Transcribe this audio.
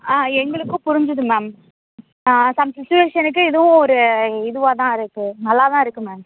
ஆ எங்களுக்கும் புரிஞ்சுது ma'am some சிச்சுவேஷனுக்கு இதுவும் ஒரு இதுவாக தான் இருக்கு நல்லா தான் இருக்குது மேம்